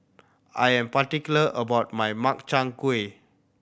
I am particular about my Makchang Gui